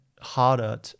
harder